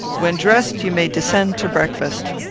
when dressed, you may descend to breakfast.